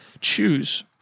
choose